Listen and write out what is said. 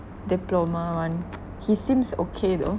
diploma [one] he seems okay though